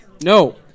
No